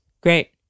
Great